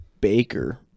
Baker